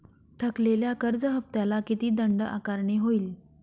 थकलेल्या कर्ज हफ्त्याला किती दंड आकारणी होईल?